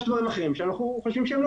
יש דברים אחרים שאנחנו חושבים שהם לא